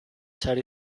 set